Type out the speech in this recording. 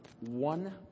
one